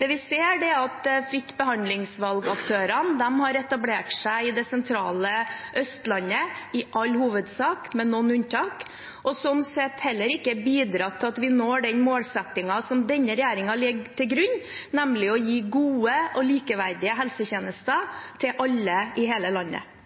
Det vi ser, er at fritt behandlingsvalg-aktørene i all hovedsak har etablert seg i det sentrale østlandsområdet – med noen unntak – og har sånn sett heller ikke bidratt til at vi når den målsettingen som denne regjeringen legger til grunn, nemlig å gi gode og likeverdige helsetjenester til alle i hele landet.